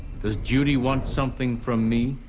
does judy want something from me?